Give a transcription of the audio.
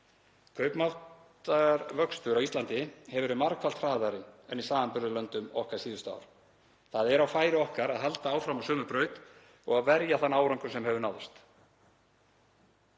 Kaupmáttarvöxtur á Íslandi hefur verið margfalt hraðari en í samanburðarlöndum okkar síðustu ár. Það er á færi okkar að halda áfram á sömu braut og verja þann árangur sem hefur náðst.